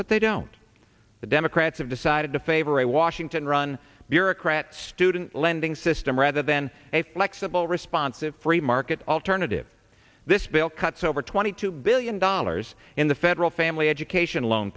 but they don't the democrats have decided to favor a washington run bureaucrat student lending system rather than a flexible responsive free market alternative this bill cuts over twenty two billion dollars in the federal family education loan